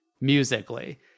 musically